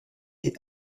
est